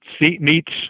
meets